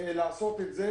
לעשות את זה.